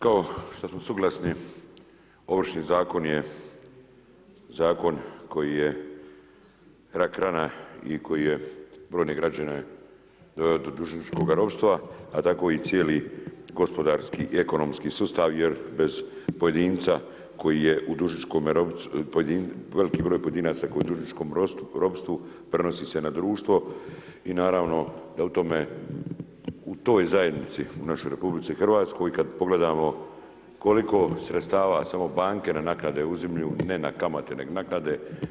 Kao što smo suglasni, Ovršni zakon je zakon koji je rak-rana i koji je brojne građane dužničkoga ropstva, a tako i cijeli gospodarski i ekonomski sustav jer bez pojedinca koji je u dužničkom ropstvu, veliki broj pojedinaca koji je u dužničkom ropstvu prenosi se na društvo i naravno da u tome, u toj zajednici u našoj RH, kad pogledamo koliko sredstava samo banke na naknade uzimaju, ne na kamate nego naknade.